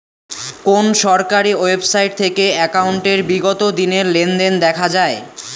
কোন সরকারি ওয়েবসাইট থেকে একাউন্টের বিগত দিনের লেনদেন দেখা যায়?